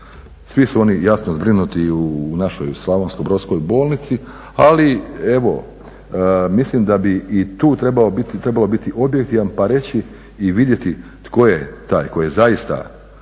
Svi su oni jasno zbrinuti u našoj slavonsko-brodskoj bolnici, ali evo mislim da bi i tu trebalo biti objektivan pa reći i vidjeti tko je taj tko je zaista,